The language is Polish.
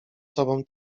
sobą